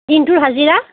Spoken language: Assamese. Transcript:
দিনটোৰ হাজিৰা